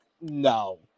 no